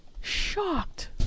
Shocked